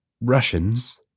Russians